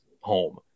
home